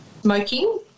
smoking